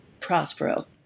Prospero